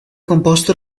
composto